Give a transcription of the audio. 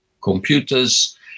computers